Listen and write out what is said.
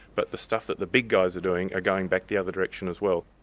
but the stuff that the big guys are doing are going back the other direction as well.